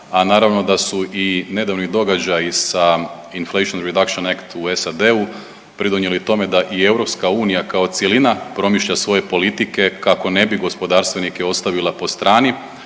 a naravno da su i nedavni događaji sa Inflation Reduction Act u SAD-u pridonijeli tome da i EU kao cjelina promišlja svoje politike kako ne bi gospodarstvenike ostavila po strani,